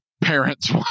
parents